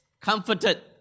comforted